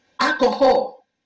Alcohol